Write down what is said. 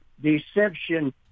deception